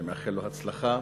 אני מאחל לו הצלחה,